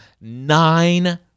nine